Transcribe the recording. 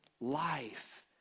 life